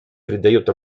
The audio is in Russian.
придает